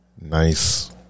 nice